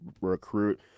recruit